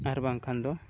ᱟᱨ ᱵᱟᱝᱠᱷᱟᱱ ᱫᱚ